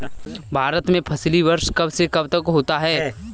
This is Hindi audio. भारत में फसली वर्ष कब से कब तक होता है?